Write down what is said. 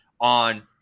on